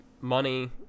money